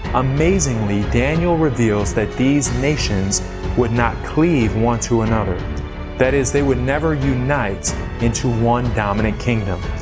amazingly, daniel reveals that these nations would not cleave one to another that is, they would never unite into one dominant kingdom.